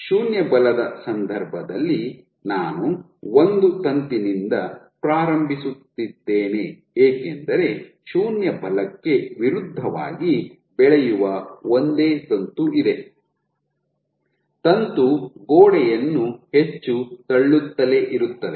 ಶೂನ್ಯ ಬಲದ ಸಂದರ್ಭದಲ್ಲಿ ನಾನು ಒಂದು ತಂತಿನಿಂದ ಪ್ರಾರಂಭಿಸುತ್ತಿದ್ದೇನೆ ಏಕೆಂದರೆ ಶೂನ್ಯ ಬಲಕ್ಕೆ ವಿರುದ್ಧವಾಗಿ ಬೆಳೆಯುವ ಒಂದೇ ತಂತು ಇದೆ ತಂತು ಗೋಡೆಯನ್ನು ಹೆಚ್ಚು ತಳ್ಳುತ್ತಲೇ ಇರುತ್ತದೆ